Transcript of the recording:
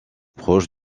proche